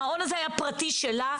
המעון הזה היה פרטי שלה,